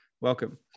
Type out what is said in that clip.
Welcome